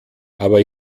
aber